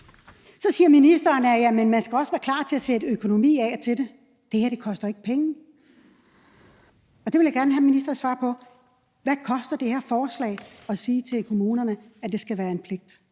Så siger ministeren, at man også skal være klar til at sætte økonomi af til det. Det her koster jo ikke penge. Det vil jeg gerne have ministerens svar på, for hvad koster det her forslag om at sige til kommunerne, at det skal være en pligt?